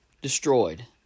destroyed